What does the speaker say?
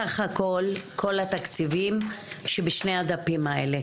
סך הכל כל התקציבים שבשני הדפים האלה,